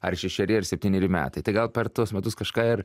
ar šešeri ar septyneri metai tai gal per tuos metus kažką ir